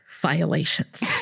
violations